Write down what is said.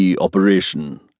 operation